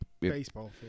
Baseball